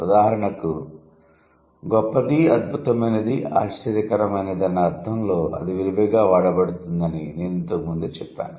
ఉదాహరణకు 'గొప్పది అద్భుతమైనది ఆశ్చర్యకరమైనది' అన్న అర్ధంలో అది విరివిగా వాడబడుతుంది అని నేను ఇంతకు ముందే చెప్పాను